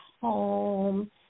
home